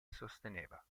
sosteneva